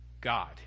God